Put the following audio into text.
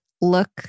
look